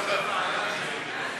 מניין שהות בישראל לעניין תושבות),